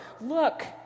look